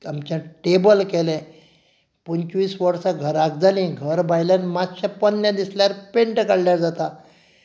आमचें टेबल केलें पंचवीस वर्सां घराक जाली घर भायल्यान मात्शें पोरणें दिसल्यार पेंट काडल्यार जाता